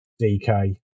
DK